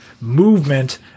movement